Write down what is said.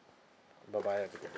bye bye